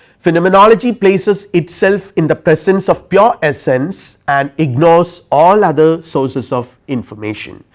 phenomenology places itself in the presence of pure essence and ignores all other sources of information.